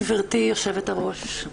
גבירתי יושבת-הראש,